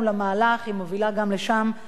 היא מובילה גם לשם סטודנטים,